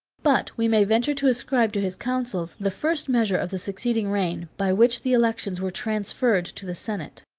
but we may venture to ascribe to his councils the first measure of the succeeding reign, by which the elections were transferred to the senate.